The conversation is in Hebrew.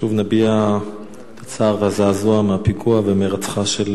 שוב נביע צער וזעזוע מהפיגוע ומהירצחה של